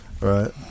right